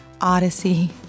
Odyssey